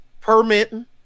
permitting